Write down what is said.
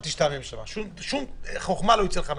שום חכמה לא יוצאת משם.